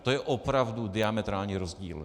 To je opravdu diametrální rozdíl.